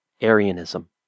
Arianism